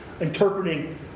Interpreting